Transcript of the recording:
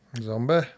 Zombie